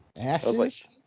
Asses